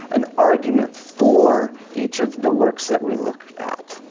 an argument for each of the works that we look at.